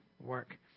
work